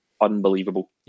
unbelievable